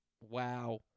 Wow